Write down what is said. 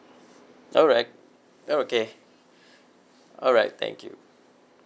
alright oh okay alright thank you